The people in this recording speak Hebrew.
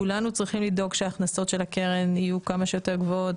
כולנו צריכים לדאוג שההכנסות של הקרן יהיו כמה שיותר גבוהות,